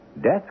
Death